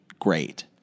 great